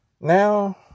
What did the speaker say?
now